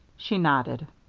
she nodded.